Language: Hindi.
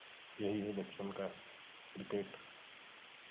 यही है बचपन का क्रिकेट